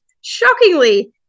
shockingly